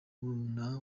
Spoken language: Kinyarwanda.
murumuna